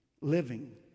living